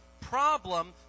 problem